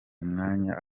umwanya